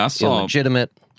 illegitimate